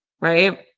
Right